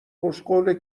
خوشقوله